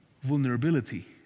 vulnerability